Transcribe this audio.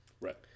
Right